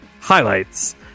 Highlights